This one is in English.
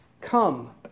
come